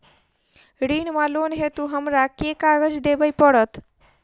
ऋण वा लोन हेतु हमरा केँ कागज देबै पड़त?